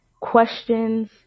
questions